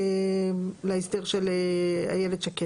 להסדר של איילת שקד.